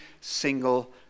single